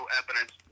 evidence